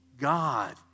God